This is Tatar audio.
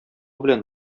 белән